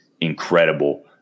incredible